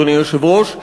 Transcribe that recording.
אדוני היושב-ראש,